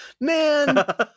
Man